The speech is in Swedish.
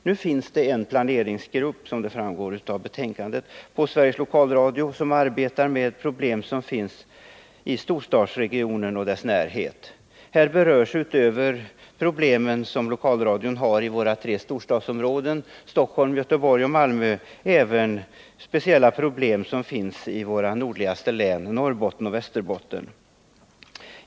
Nu finns det — som framgår av betänkandet — en planeringsgrupp inom Sveriges Lokalradio som arbetar med problem som finns i en storstadsregion och dess närhet. Här berörs, utöver de problem som lokalradion har i våra tre storstadsområden — Stockholm, Göteborg och Malmö — även speciella problem som finns i våra nordligaste län, Norrbotten och Västerbotten.